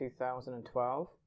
2012